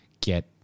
get